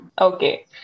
Okay